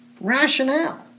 rationale